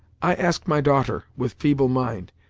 i ask my daughter, with feeble mind.